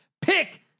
pick